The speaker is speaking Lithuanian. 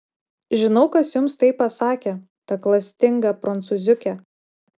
žinau kas jums tai pasakė ta klastinga prancūziuke